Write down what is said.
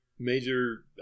major